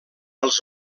els